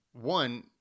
one